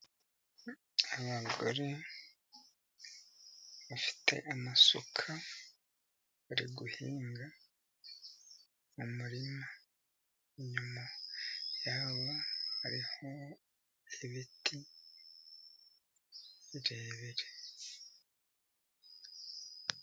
Abagore bafite amasuka bari guhinga umurima, inyuma yabo hariho ibiti birebire.